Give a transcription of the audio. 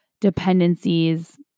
dependencies